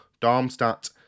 Darmstadt